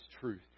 truth